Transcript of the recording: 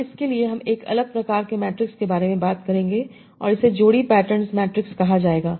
अब इसके लिए हम एक अलग प्रकार के मैट्रिक्स के बारे में बात करेंगे और इसे जोड़ी पैटर्न मैट्रिक्स कहा जाएगा